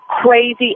crazy